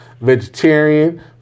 vegetarian